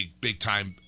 big-time